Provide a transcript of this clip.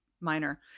minor